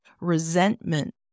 resentment